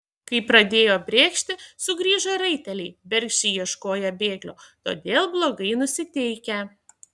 kai pradėjo brėkšti sugrįžo raiteliai bergždžiai ieškoję bėglio todėl blogai nusiteikę